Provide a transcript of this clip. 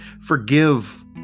Forgive